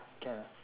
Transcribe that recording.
can ah